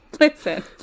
listen